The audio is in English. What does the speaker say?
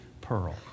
pearl